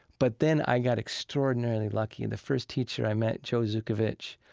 but then i got extraordinarily lucky and the first teacher i met, jo zukovich,